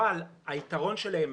אבל היתרון שלהן